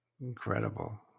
Incredible